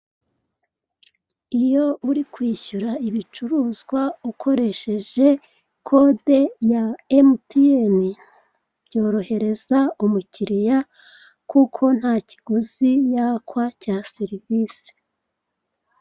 Iyo uri kwishyura ibicuruzwa ukoresheje kode ya MTN, byorohereza umukiriya kuko nta kiguzi yakwa cya serivisi.